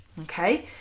Okay